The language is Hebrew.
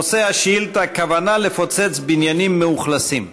נושא השאילתה: כוונה לפוצץ בניינים מאוכלסים.